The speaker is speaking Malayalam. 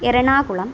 എറണാകുളം